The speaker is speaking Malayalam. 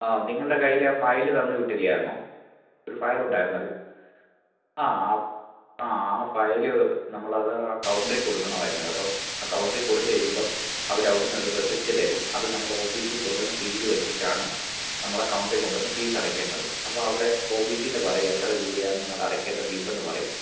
ആ നിങ്ങളുടെ കയ്യിൽ ആ ഫയല് തന്നു വിട്ടില്ലായിരുന്നോ ഒരു ഫയലുണ്ടായിരുന്നല്ലോ ആ ആ ആ ആ ഫയല് നമ്മൾ അത് ആ കൗണ്ടറിൽ കൊടുക്കണമായിരുന്നു കേട്ടോ ആ കൗണ്ടറിൽ കൊടുത്തു കഴിയുമ്പം അവർ അവിടെ നിന്നൊരു റെസിപ്റ്റ് തരും അതു നമ്മൾ ഓഫീസിൽ കൊണ്ടുവന്നു സീല് വച്ചിട്ടാണ് നമ്മൾ ആ കൗണ്ടറിൽ കൊണ്ടുവന്ന് ഫീസടയ്ക്കേണ്ടത് അപ്പോൾ അവിടെ ഓഫീസിൽ നിന്നു പറയും എത്ര രൂപയാണ് നിങ്ങൾ അടയ്ക്കേണ്ട ഫീസെന്ന് പറയും